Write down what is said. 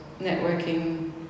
networking